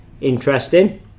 interesting